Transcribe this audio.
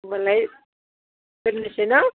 होनबालाय दोननोसै न'